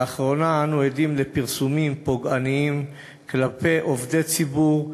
לאחרונה אנו עדים לפרסומים פוגעניים כלפי עובדי ציבור,